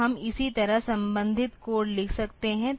तो हम इसी तरह संबंधित कोड लिख सकते हैं